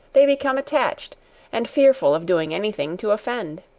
they become attached and fearful of doing any thing to offend.